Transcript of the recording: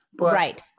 Right